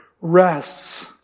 rests